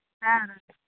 হ্যাঁ হ্যাঁ